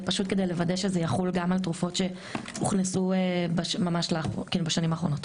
זה פשוט כדי לוודא שזה יחול גם על תרופות שהוכנסו ממש בשנים האחרונות.